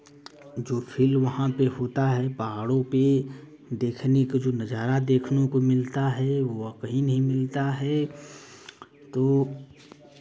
जो फील वहाँ पे होता है पहाड़ो पे देखने का जो नज़ारा देखने को मिलता है वो कहीं नहीं मिलता है तो